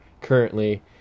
currently